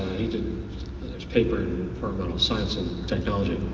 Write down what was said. he did a paper in environmental science and technology.